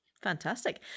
Fantastic